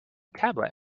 tablet